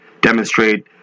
demonstrate